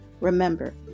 remember